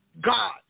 God